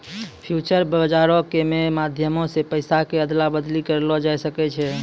future बजारो के मे माध्यमो से पैसा के अदला बदली करलो जाय सकै छै